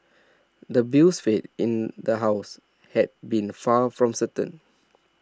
the bill's fate in the House had been far from certain